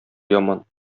яман